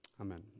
Amen